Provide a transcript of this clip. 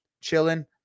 chilling